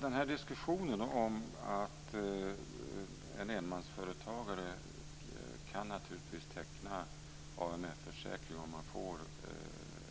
Fru talman! Diskussionen om att en enmansföretagare kan teckna en AMF-försäkring om han får